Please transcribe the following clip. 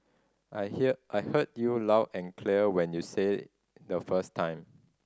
I hear I heard you loud and clear when you said the first time